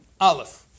Aleph